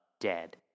dead